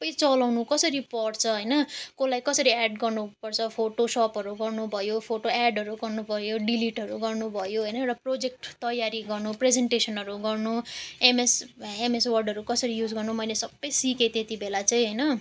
सब चलाउनु कसरी पर्छ होइन कसलाई कसरी एड गर्नु पर्छ फोटोसपहरू गर्नु भयो फोटो एडहरू गर्नु भयो डिलिटहरू गर्नु भयो होइन र प्रोजेक्ट तयारी गर्नु प्रेजेन्टेसनहरू गर्नु एमएस एमएसवर्डहरू कसरी युज गर्नु मैले सब सिकेँ त्यति बेला चाहिँ होइन